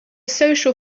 social